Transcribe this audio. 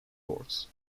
courts